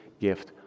gift